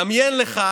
דמיין לך